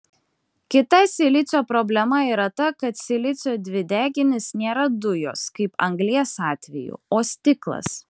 kita silicio problema yra ta kad silicio dvideginis nėra dujos kaip anglies atveju o stiklas